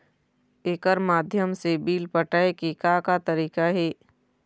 एकर माध्यम से बिल पटाए के का का तरीका हे?